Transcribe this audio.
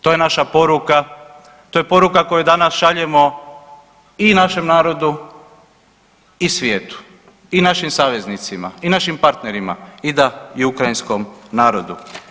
To je naša poruka, to je poruka koju danas šaljemo i našem narodu i svijetu i našim saveznicima i našim partnerima i da i u ukrajinskom narodu.